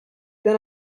then